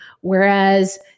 Whereas